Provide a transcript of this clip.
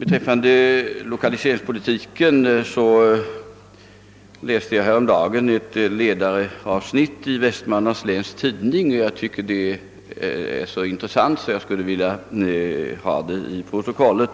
Herr talman! Jag läste häromdagen ett ledaravsnitt i Vestmanlands Läns Tidning som handlade om lokaliseringspolitiken och som var så intressant att jag vill få det infört i kammarens protokoll.